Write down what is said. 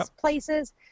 places